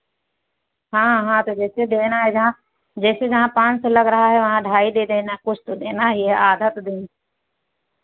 हाँ हाँ तो जैसे देना है जहाँ जैसे जहाँ पाँच सौ लग रहा है वहाँ ढाई दे देना कुछ तो देना ही है आधा तो दे